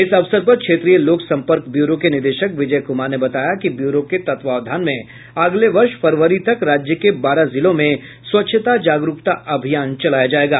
इस अवसर पर क्षेत्रीय लोक संपर्क ब्यूरो के निदेशक विजय कुमार ने बताया कि ब्यूरो के तत्वावधान में अगले वर्ष फरवरी तक राज्य के बारह जिलों में स्वच्छता जागरूकता अभियान चलाया जायेगा